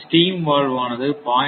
steam valve ஆனது 0